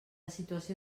situació